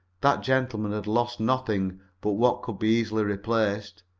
that gentleman had lost nothing but what could be easily replaced,